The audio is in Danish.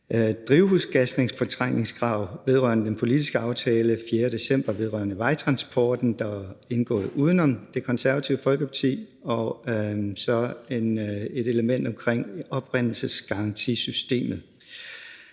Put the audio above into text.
drivhusgasfortrængningskrav i den politiske aftale af 4. december vedrørende vejtransport, der er indgået uden om Det Konservative Folkeparti, dels et element om oprindelsesgarantisystemet.